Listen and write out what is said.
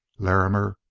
larrimer,